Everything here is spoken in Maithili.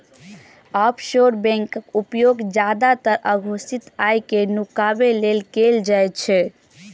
ऑफसोर बैंकक उपयोग जादेतर अघोषित आय कें नुकाबै लेल कैल जाइ छै